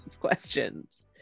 questions